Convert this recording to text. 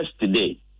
yesterday